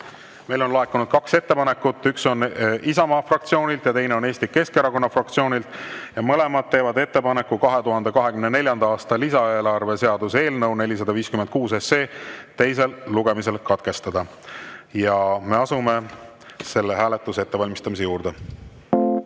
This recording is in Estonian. meile on laekunud kaks ettepanekut, üks on Isamaa fraktsioonilt ja teine on Eesti Keskerakonna fraktsioonilt. Mõlemad teevad ettepaneku 2024. aasta lisaeelarve seaduse eelnõu 456 teine lugemine katkestada. Me asume selle hääletuse ettevalmistamise juurde.